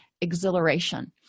exhilaration